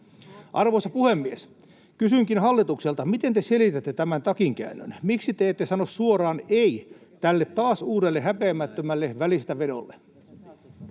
Arvoisa puhemies! Kysynkin hallitukselta: miten te selitätte tämän takinkäännön? Miksi te ette sano suoraan ei tälle taas uudelle häpeämättömälle välistävedolle?